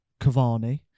Cavani